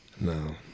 no